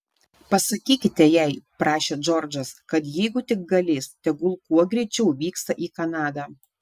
pasakykite jai prašė džordžas kad jeigu tik galės tegul kuo greičiau vyksta į kanadą